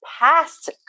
past